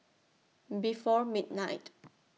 before midnight